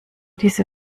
diese